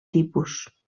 tipus